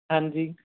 ਹਾਂਜੀ